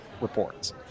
reports